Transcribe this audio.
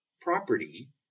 property